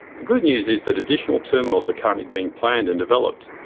the good news is that additional terminals are currently being planned and developed,